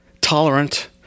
tolerant